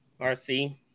RC